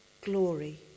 glory